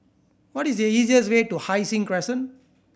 what is the easiest way to Hai Sing Crescent